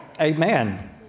Amen